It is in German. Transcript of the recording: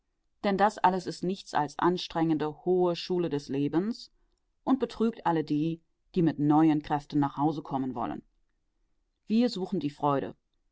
denn das alles ist nichts als anstrengende hohe schule des lebens und betrügt alle die die mit neuen kräften nach hause kommen wollen wir suchen die freude